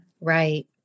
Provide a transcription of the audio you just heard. Right